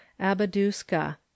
Abaduska